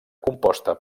composta